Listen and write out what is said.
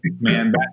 man